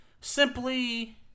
simply